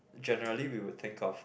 generally we would think of